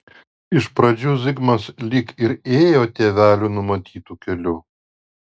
iš pradžių zigmas lyg ir ėjo tėvelių numatytu keliu